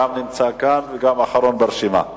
גם נמצא כאן וגם אחרון ברשימה.